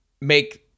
make